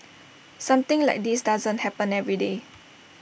something like this doesn't happen every day